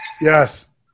yes